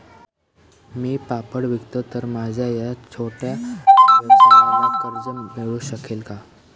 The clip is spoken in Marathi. मी पापड विकतो तर माझ्या या छोट्या व्यवसायाला कर्ज मिळू शकेल का?